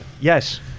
Yes